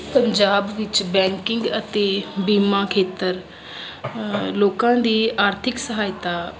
ਪੰਜਾਬ ਵਿੱਚ ਬੈਂਕਿੰਗ ਅਤੇ ਬੀਮਾ ਖੇਤਰ ਲੋਕਾਂ ਦੀ ਆਰਥਿਕ ਸਹਾਇਤਾ